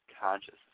conscious